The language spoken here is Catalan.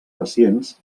pacients